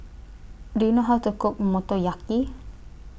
Do YOU know How to Cook Motoyaki